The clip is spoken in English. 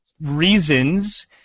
reasons